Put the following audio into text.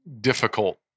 difficult